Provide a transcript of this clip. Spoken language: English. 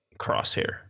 crosshair